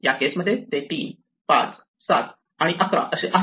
या केसमध्ये ते 3 5 7 आणि 11 असे आहेत